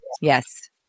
Yes